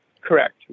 Correct